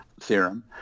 theorem